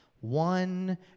one